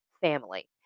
family